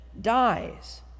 dies